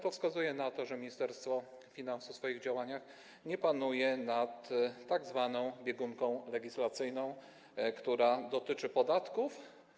To wskazuje na to, że Ministerstwo Finansów w swoich działaniach nie panuje nad tzw. biegunką legislacyjną, która dotyczy podatków.